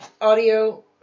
audio